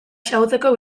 xahutzeko